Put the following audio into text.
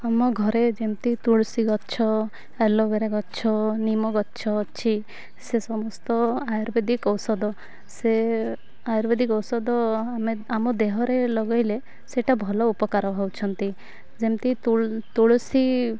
ଆମ ଘରେ ଯେମିତି ତୁଳସୀ ଗଛ ଆଲୋବେରା ଗଛ ନିମ ଗଛ ଅଛି ସେ ସମସ୍ତ ଆୟୁର୍ବେଦିକ ଔଷଧ ସେ ଆୟୁର୍ବେଦିକ ଔଷଧ ଆମେ ଆମ ଦେହରେ ଲଗେଇଲେ ସେଇଟା ଭଲ ଉପକାର ହଉଛନ୍ତି ଯେମିତି ତୁଳସୀ